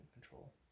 control